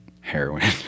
heroin